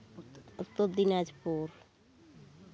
Uttar Dinajpur